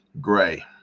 gray